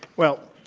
well,